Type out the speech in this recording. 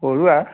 Barua